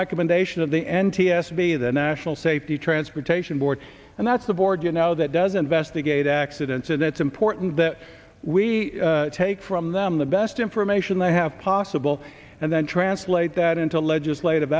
recommendation of the n t s b the national safety transportation board and that's the board you know that doesn't vest negate accidents and it's important that we take from them the best information they have possible and then translate that into legislative